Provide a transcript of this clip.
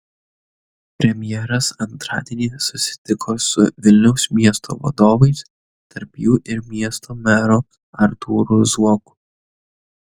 premjeras antradienį susitiko su vilniaus miesto vadovais tarp jų ir miesto meru artūru zuoku